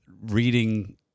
reading